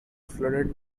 flooded